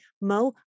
Mo